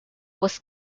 was